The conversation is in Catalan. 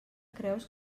creus